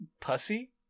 pussy